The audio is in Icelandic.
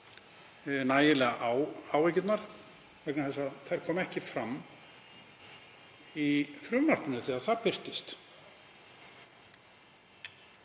nægilega á áhyggjurnar vegna þess að þær komu ekki fram í frumvarpinu þegar það birtist.